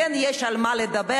כן יש על מה לדבר,